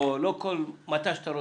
או לא כל מתי שאתה רוצה,